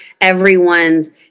everyone's